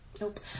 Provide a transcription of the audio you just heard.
Nope